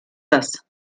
das